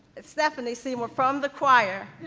stephanie seymour from the choir.